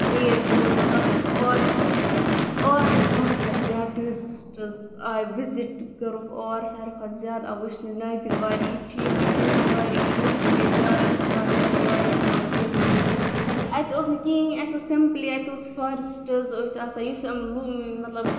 create گٔمژ مطلب اور اور آے ساروی کھۄتہ زیادٕ ٹورسٹ آے وِزٹ کورُکھ اور ساروی کھۄتہٕ زیادٕ آو وٕچھنہ نٔگرِواری ییتہِ چھُ ییتی نٔگرِواری نٔگرِ چھِ ییٚتہِ جاے اکھ اتھ چھِ ونان نٔگرِوارِ منٛز آمُتۍ یہِ اَتہ اوس نہ کِہینۍ اَتہ اوس سِمپٕلی اَتٮ۪تھ اوس فارسٹز ٲسۍ آسان یُس یِمو مطلب